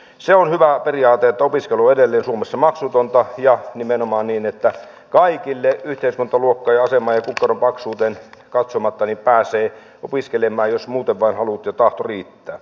se on hyvä periaate että opiskelu on edelleen suomessa maksutonta ja nimenomaan niin että kaikki yhteiskuntaluokkaan ja asemaan ja kukkaron paksuuteen katsomatta pääsevät opiskelemaan jos muuten vain halut ja tahto riittävät